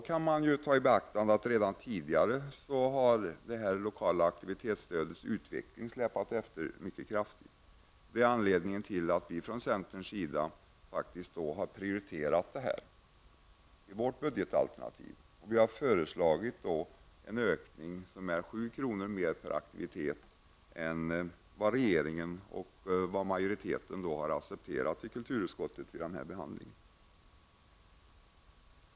Man bör då ta i beaktande att det här lokala aktivitetsstödets utveckling redan tidigare har släpat efter mycket kraftigt. Det är anledningen till att vi från centerns sida har prioriterat detta i vårt budgetalternativ. Vi har föreslagit en ökning med 7 kr. mer per aktivitet än vad regeringen föreslagit och som kulturutskottets majoritet nu har accepterat vid behandlingen av frågan.